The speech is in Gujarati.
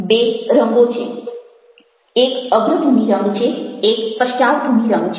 બે રંગો છે એક અગ્રભૂમિ રંગ છે એક પશ્ચાદભૂમિ રંગ છે